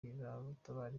bitabarika